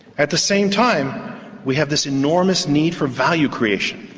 at the same time we have this enormous need for value creation.